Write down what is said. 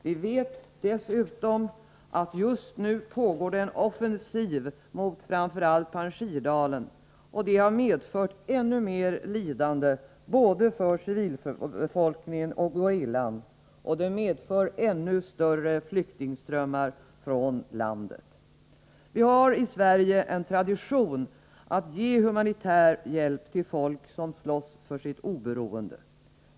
Vi vet att det just nu pågår en offensiv mot framför allt Panshir-dalen. Den har medfört ännu mer lidande för både civilbefolkningen och gerillan. Den medför också ännu större flyktingströmmar från landet. Vi har i Sverige en tradition att ge humanitär hjälp till folk som slåss för sitt oberoende.